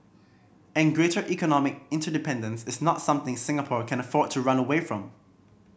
and greater economic interdependence is not something Singapore can afford to run away from